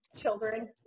children